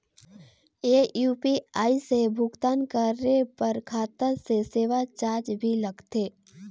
ये यू.पी.आई से भुगतान करे पर खाता से सेवा चार्ज भी लगथे?